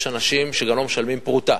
יש אנשים שלא משלמים פרוטה,